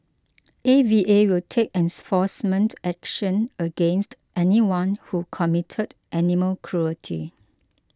A V A will take enforcement action against anyone who committed animal cruelty